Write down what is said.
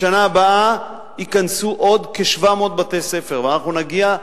בשנה הבאה ייכנסו עוד כ-700 בתי-ספר, ואנחנו נגיע,